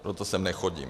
Proto sem nechodím.